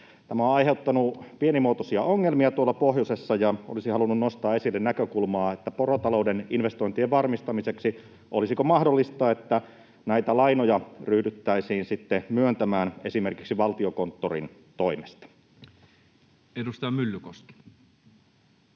Tämä on aiheuttanut pienimuotoisia ongelmia tuolla pohjoisessa. Olisin halunnut nostaa esille tätä näkökulmaa: olisiko mahdollista, että porotalouden investointien varmistamiseksi näitä lainoja ryhdyttäisiin sitten myöntämään esimerkiksi Valtiokonttorin toimesta? Edustaja Myllykoski.